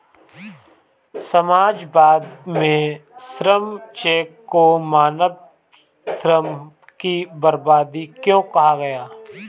समाजवाद में श्रम चेक को मानव श्रम की बर्बादी क्यों कहा गया?